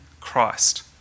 Christ